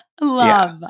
Love